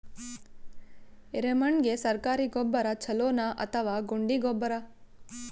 ಎರೆಮಣ್ ಗೆ ಸರ್ಕಾರಿ ಗೊಬ್ಬರ ಛೂಲೊ ನಾ ಅಥವಾ ಗುಂಡಿ ಗೊಬ್ಬರ?